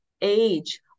age